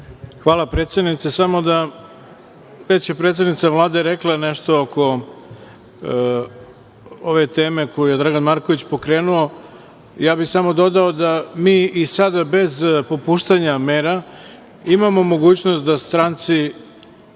Hvala predsednice. Već je predsednica Vlade rekla nešto oko ove teme koju je Dragan Marković pokrenuo. Ja bih samo dodao da mi i sada bez popuštanja mera imamo mogućnost da stranci